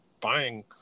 buying